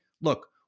look